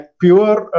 pure